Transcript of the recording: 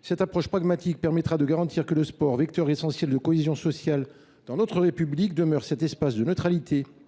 Cette approche pragmatique permettra de garantir que le sport, vecteur essentiel de cohésion sociale dans notre République, demeure cet espace de neutralité